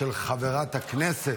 של חברת הכנסת